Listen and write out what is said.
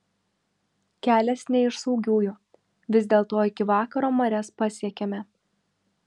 kelias ne iš saugiųjų vis dėlto iki vakaro marias pasiekėme